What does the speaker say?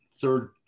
third